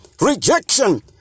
rejection